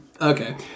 Okay